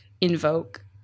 invoke